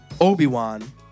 Obi-Wan